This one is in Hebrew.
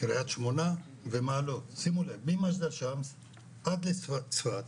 קריית שמונה ומעלות, שימו לב ממג'דל שמס עד לצפת